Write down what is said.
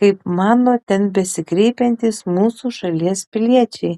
kaip mano ten besikreipiantys mūsų šalies piliečiai